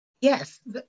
Yes